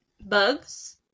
bugs